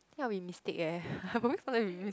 I think I'll be a mistake eh I'll probably